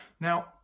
now